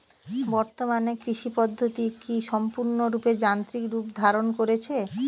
বর্তমানে কৃষি পদ্ধতি কি সম্পূর্ণরূপে যান্ত্রিক রূপ ধারণ করেছে?